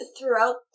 throughout